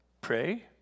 pray